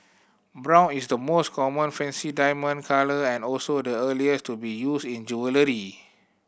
brown is the most common fancy diamond colour and also the earliest to be used in jewellery